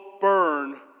burn